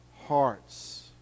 hearts